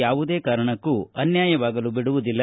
ಯಾವುದೇ ಕಾರಣಕ್ಕೂ ಅನ್ಯಾಯವಾಗಲು ಬಿಡುವುದಿಲ್ಲ